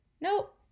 Nope